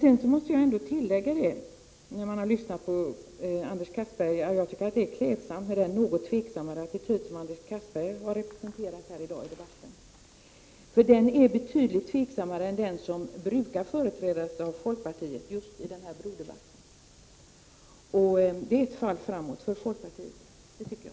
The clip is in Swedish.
Efter att ha lyssnat till Anders Castbergers inlägg måste jag säga att jag tycker att det är klädsamt med den något tveksammare attityd som han intar här i dag. Den är betydligt tveksammare än den attityd som brukar förespråkas av folkpartiet i Öresundsbrodebatten. Enligt min mening är det ett steg framåt för folkpartiet.